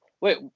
Wait